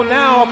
now